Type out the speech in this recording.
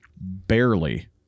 barely